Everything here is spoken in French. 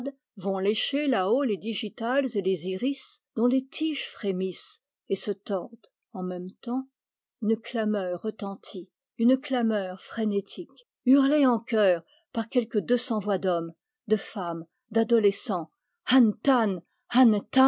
vont lécher là-haut les digitales et les iris dont les tiges frémissent et se tordent en même temps une clameur retentit une clameur frénétique hurlée en chœur par quelque deux cents voix d'hommes de femmes d'adolescents an